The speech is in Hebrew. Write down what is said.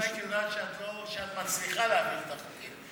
אם היית יודעת שאת מצליחה להעביר את החוקים,